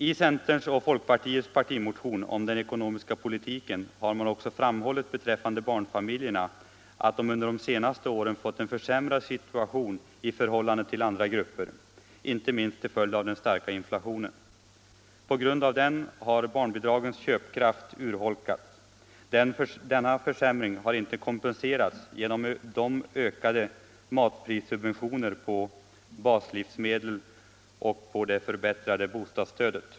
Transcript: I centerns och folkpartiets partimotion om den ekonomiska politiken har också framhållits beträffande barnfamiljerna att de under de senaste åren fått en försämrad situation i förhållande till andra grupper, inte minst till följd av den starka inflationen. På grund av den har barnbidragens köpkraft urholkats. Denna försämring har inte kompenserats genom de ökade matprissubventionerna på baslivsmedel och det förbättrade bostadsstödet.